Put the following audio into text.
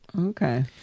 okay